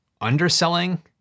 underselling